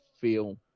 feel